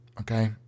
okay